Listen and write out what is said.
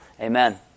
Amen